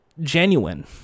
genuine